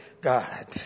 God